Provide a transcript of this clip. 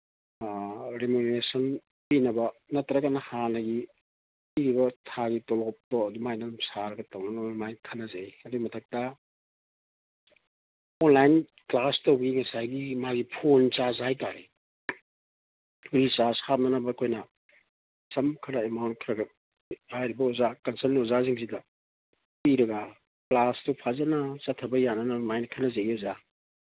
remuneration ꯄꯤꯅꯕ ꯅꯠꯇ꯭ꯔꯒꯅ ꯍꯥꯟꯅꯒꯤ ꯄꯤꯔꯤꯕ ꯊꯥꯒꯤ ꯇꯣꯂꯣꯞꯇꯣ ꯑꯗꯨꯃꯥꯏꯅ ꯑꯗꯨꯝ ꯁꯥꯔꯒ ꯇꯧꯅꯅꯕ ꯑꯗꯨꯃꯥꯏꯅ ꯈꯟꯅꯖꯩ ꯑꯗꯨꯒꯤ ꯃꯊꯛꯇ ꯑꯣꯟꯂꯥꯏꯟ ꯀ꯭ꯂꯥꯁ ꯇꯧꯕꯒꯤ ꯉꯁꯥꯏꯒꯤ ꯃꯥꯒꯤ ꯐꯣꯟ ꯆꯥꯔꯖ ꯍꯥꯏ ꯇꯥꯔꯦ ꯐꯣꯟ ꯆꯥꯔꯖ ꯍꯥꯞꯅꯅꯕ ꯑꯩꯈꯣꯏꯅ ꯁꯝ ꯈꯔ ꯑꯦꯃꯥꯎꯟ ꯈꯔ ꯈꯔ ꯍꯥꯏꯕ ꯑꯣꯖꯥ ꯀꯟꯁꯜꯠ ꯑꯣꯖꯥꯁꯤꯡꯁꯤꯗ ꯄꯤꯔꯒ ꯀ꯭ꯂꯥꯁꯇꯨ ꯐꯖꯅ ꯆꯠꯊꯕ ꯌꯥꯅꯅꯕ ꯑꯗꯨꯃꯥꯏꯅ ꯈꯟꯅꯖꯩꯌꯦ ꯑꯣꯖꯥ